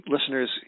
listeners